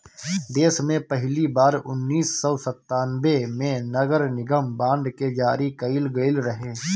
देस में पहिली बार उन्नीस सौ संतान्बे में नगरनिगम बांड के जारी कईल गईल रहे